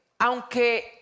aunque